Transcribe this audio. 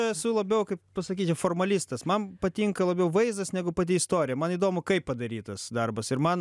esu labiau kaip pasakyti formalistas man patinka labiau vaizdas negu pati istorija man įdomu kaip padarytas darbas ir man